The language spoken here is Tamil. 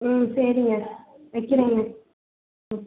ம் சரிங்க வைக்கிறேங்க ம்